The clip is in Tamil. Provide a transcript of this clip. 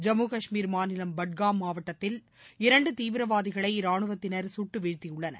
ஜம்மு காஷ்மீர் மாநிலம் பட்காம் மாவட்டத்தில் இரண்டு தீவிரவாதிகளை ராணுவத்தினர் சுட்டு வீழ்தியுள்ளனர்